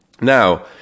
now